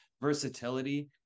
versatility